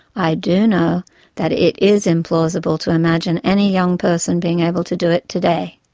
i do know that it is implausible to imagine any young person being able to do it today.